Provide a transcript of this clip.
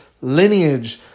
lineage